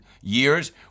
years